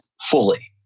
fully